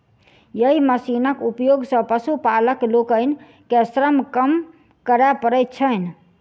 एहि मशीनक उपयोग सॅ पशुपालक लोकनि के श्रम कम करय पड़ैत छैन